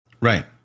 Right